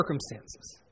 circumstances